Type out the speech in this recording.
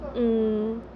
做什么 line